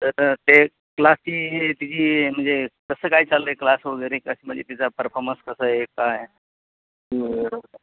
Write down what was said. तर ते क्लासची तिची म्हणजे कसं काय चाललं आहे क्लास वगैरे कसं म्हणजे तिचा परफॉर्मन्स कसा आहे काय